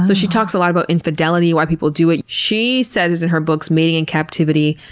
so she talks a lot about infidelity, why people do it. she says in her book, mating in captivity,